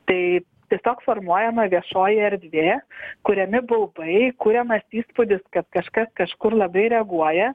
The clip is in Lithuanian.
tai tiesiog formuojama viešoji erdvė kuriami baubai kuriamas įspūdis kad kažkas kažkur labai reaguoja